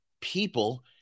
people